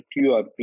QRP